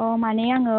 अ माने आङो